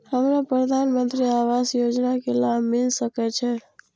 हमरा प्रधानमंत्री आवास योजना के लाभ मिल सके छे?